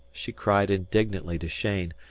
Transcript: she cried indignantly to cheyne,